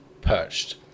perched